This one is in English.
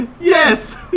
Yes